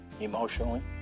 emotionally